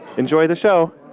enjoy the show